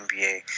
NBA